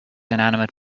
inanimate